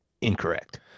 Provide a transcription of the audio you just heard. Incorrect